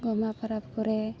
ᱜᱚᱢᱦᱟ ᱯᱚᱨᱚᱵᱽ ᱠᱚᱨᱮ